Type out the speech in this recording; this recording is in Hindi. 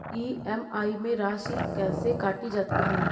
ई.एम.आई में राशि कैसे काटी जाती है?